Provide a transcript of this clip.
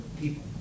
people